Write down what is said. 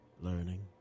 learning